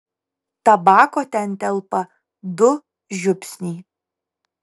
tabako ten telpa du žiupsniai